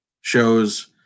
shows